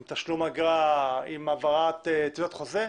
עם תשלום אגרה, עם העברת חוזה,